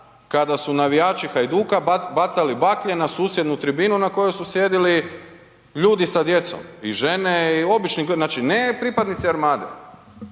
kada su navijači Hajduka bacali baklje na susjednu tribinu na kojoj su sjedili ljude sa djecom i žene i obični, znači ne pripadnici Armade